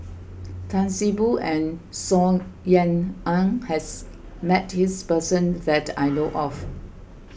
Tan See Boo and Saw Ean Ang has met this person that I know of